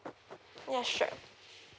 yeah sure